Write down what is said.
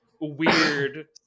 weird